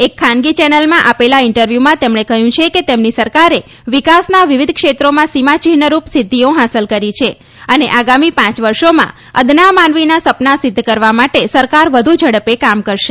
એક ખાનગી ચેનલમાં આપેલા ઈન્ટરવ્યુમાં તેમણે કહયું છે કે તેમની સરકારે વિકાસના વિવિધ ક્ષેત્રોમાં સીમાચિન્હ રૂપ સિધ્ધિઓ હાંસલ કરી છે અને આગામી પાંચ વર્ષોમાં અદના માનવીના સપના સિધ્ધ કરવા માટે સરકાર વધુ ઝડપે કામ કરશે